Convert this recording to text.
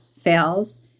fails